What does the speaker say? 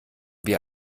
wir